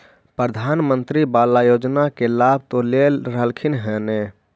प्रधानमंत्री बाला योजना के लाभ तो ले रहल्खिन ह न?